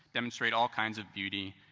demonstrate all kinds of beauty,